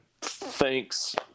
thanks